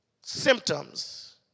symptoms